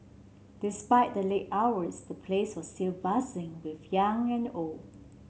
despite the late hours the place was still buzzing with young and old